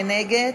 מי נגד?